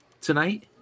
tonight